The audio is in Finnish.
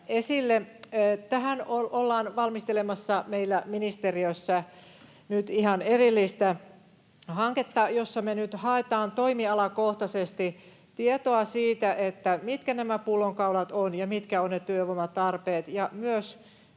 Tähän ollaan valmistelemassa meillä ministeriössä nyt ihan erillistä hanketta, jossa me nyt haetaan toimialakohtaisesti tietoa siitä, mitkä nämä pullonkaulat ovat ja mitkä ovat ne työvoimatarpeet. Ja myös